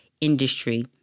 industry